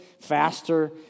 faster